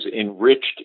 enriched